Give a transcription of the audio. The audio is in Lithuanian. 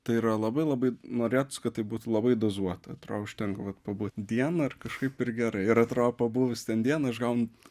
tai yra labai labai norėtųsi kad tai būtų labai dozuota atrodo užtenka vat pabūt dieną ir kažkaip ir gerai ir atrodo pabuvus ten dieną aš gaunu